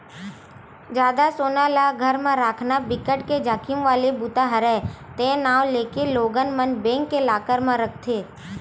जादा सोना ल घर म राखना बिकट के जाखिम वाला बूता हरय ते नांव लेके लोगन मन बेंक के लॉकर म राखथे